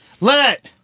Let